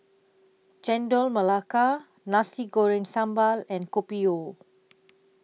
Chendol Melaka Nasi Goreng Sambal and Kopi O